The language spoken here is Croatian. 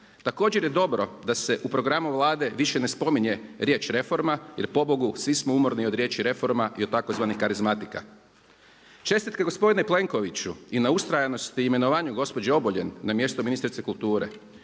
Također je dobro da se u programu Vlade više ne spominje riječ reforma jer pobogu svi smo umorni od riječi reforma i od tzv. karizmatika. Čestitke gospodine Plenkoviću i na ustrajanosti i imenovanju gospođe Obuljen na mjesto ministrice kulture.